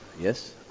yes